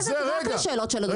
אני מתייחסת רק לשאלות של אדוני.